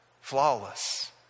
flawless